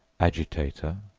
agitator,